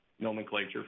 nomenclature